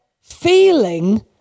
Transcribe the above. feeling